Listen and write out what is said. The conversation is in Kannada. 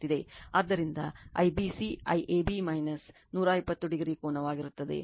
ಆದ್ದರಿಂದ IBC IAB 120o ಕೋನವಾಗಿರುತ್ತದೆ